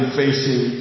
facing